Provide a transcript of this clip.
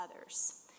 others